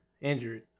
injured